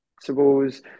suppose